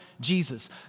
Jesus